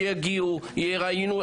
שיגיעו ושיראיינו.